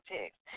text